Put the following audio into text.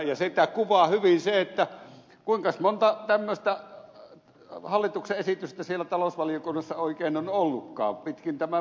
sitä kuvaa hyvin se kuinkas monta tämmöistä hallituksen esitystä siellä talousvaliokunnassa oikein on ollutkaan pitkin tätä vuotta